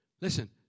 Listen